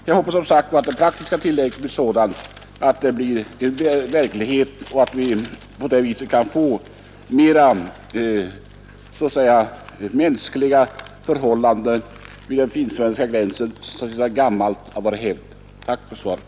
Jag hoppas som sagt att den praktiska tillämpningen blir sådan att syftet med de nya reglerna förverkligas, så att vi åter kan få låt mig säga sådana mera mänskliga förhållanden vid den finsk-svenska gränsen som det av gammal hävd varit. Än en gång: Tack för svaret!